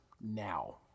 now